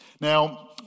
Now